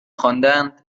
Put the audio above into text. خواندند